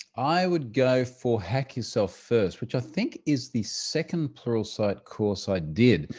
i would go for hack yourself first, which i think is the second pluralsight course i did.